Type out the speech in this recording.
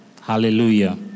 Hallelujah